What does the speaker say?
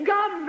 God